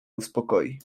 uspokoi